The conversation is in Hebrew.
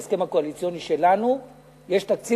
בהסכם הקואליציוני שלנו יש תקציב